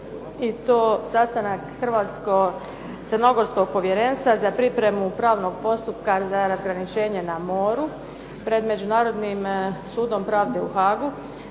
i to sastanak Hrvatsko-crnogorskog povjerenstva za pripremu pravnog postupka za razgraničenje na moru pred Međunarodnim sudom pravde u Haagu.